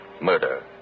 murder